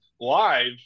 live